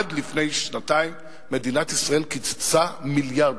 עד לפני שנתיים מדינת ישראל קיצצה מיליארדים,